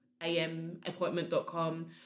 amappointment.com